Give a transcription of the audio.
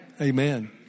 Amen